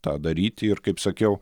tą daryti ir kaip sakiau